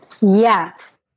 Yes